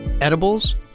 edibles